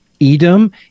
Edom